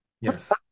yes